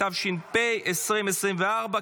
התשפ"ה 2024,